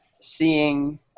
seeing